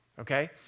okay